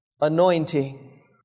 anointing